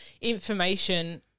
information